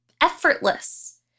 effortless